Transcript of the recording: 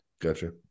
Gotcha